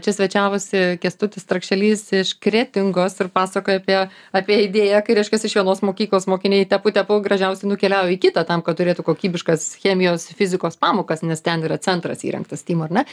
čia svečiavosi kęstutis trakšelys iš kretingos ir pasakojo apie apie idėją kai reiškias iš vienos mokyklos mokiniai tepu tepu gražiausi nukeliauja į kitą tam kad turėtų kokybiškas chemijos ir fizikos pamokas nes ten yra centras įrengtas stymo ar ne